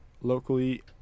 locally